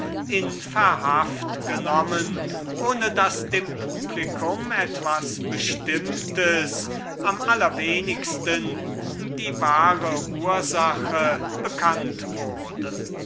in verhaft genommen ohne daß dem publico etwas bestimmtes am allerwenigsten aber die wahre ursache bekannt wurde